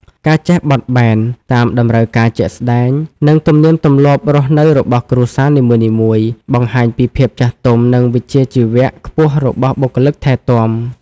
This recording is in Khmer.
ការចេះបត់បែនតាមតម្រូវការជាក់ស្តែង និងទំនៀមទម្លាប់រស់នៅរបស់គ្រួសារនីមួយៗ បង្ហាញពីភាពចាស់ទុំ និងវិជ្ជាជីវៈខ្ពស់របស់បុគ្គលិកថែទាំ។